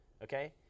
Okay